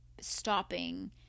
stopping